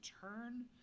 turn